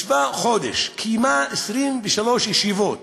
ישבה חודש, קיימה 23 ישיבות,